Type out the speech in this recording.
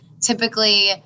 typically